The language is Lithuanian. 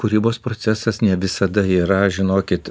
kūrybos procesas ne visada yra žinokit